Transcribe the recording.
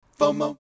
FOMO